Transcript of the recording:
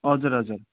हजुर हजुर